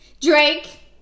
Drake